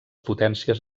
potències